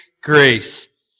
grace